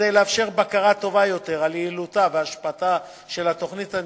כדי לאפשר בקרה טובה יותר על יעילותה והשפעתה של התוכנית הניסיונית,